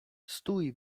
stój